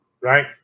right